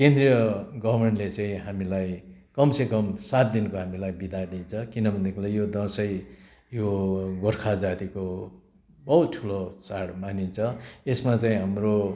केन्द्रिय गभर्नमेन्टले चाहिँ हामीलाई कम से कम सात दिनको हामीलाई विदा दिन्छ किनभनेदेखि यो दसैँ यो गोर्खा जातिको बहुत ठुलो चाड मानिन्छ यसमा चाहिँ हाम्रो